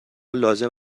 لازم